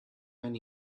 when